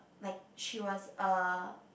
like she was uh